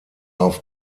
auf